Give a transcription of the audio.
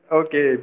okay